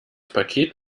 paket